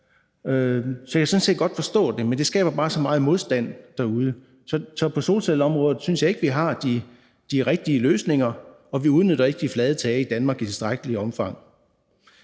sådan set godt forstå det, men det skaber bare så meget modstand derude. Så på solcelleområdet synes jeg ikke vi har de rigtige løsninger, og vi udnytter ikke de flade tage i Danmark i tilstrækkeligt omfang.